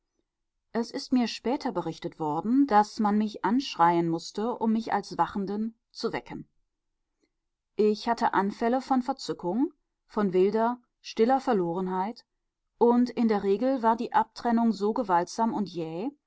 es ist mir später berichtet worden daß man mich anschreien mußte um mich als wachenden zu wecken ich hatte anfälle von verzückung von wilder stiller verlorenheit und in der regel war die abtrennung so gewaltsam und jäh